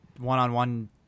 one-on-one